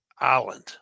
island